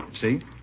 See